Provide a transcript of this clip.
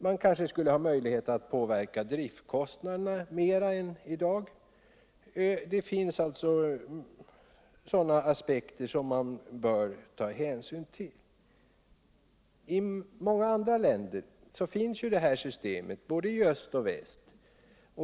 Man kanske skulle ha möjlighet 110 att päverka driftkostnaderna mera än som sker i dag. Det finns alltså sådana aspekter som man bör ta hänsyn till. I många andra länder finns detta system både i öst och i väst.